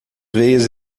veias